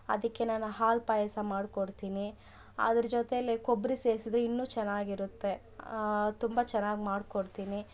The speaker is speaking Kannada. ಅದಕ್ಕೆ ನಾನು ಹಾಲು ಪಾಯಸ ಮಾಡಿಕೊಡ್ತೀನಿ ಅದ್ರ ಜೊತೇಲಿ ಕೊಬ್ಬರಿ ಸೇರಿಸಿದ್ರೆ ಇನ್ನು ಚೆನ್ನಾಗಿರುತ್ತೆ ತುಂಬ ಚೆನ್ನಾಗ್ ಮಾಡಿಕೊಡ್ತೀನಿ